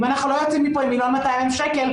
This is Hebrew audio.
אם אנחנו לא יוצאים מפה עם מיליון ו-200 אלף שקל,